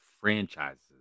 franchises